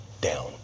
down